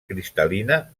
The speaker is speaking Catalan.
cristal·lina